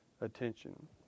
attention